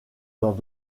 dans